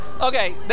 Okay